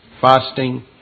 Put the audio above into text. fasting